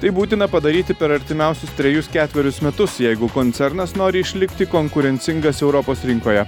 tai būtina padaryti per artimiausius trejus ketverius metus jeigu koncernas nori išlikti konkurencingas europos rinkoje